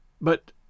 But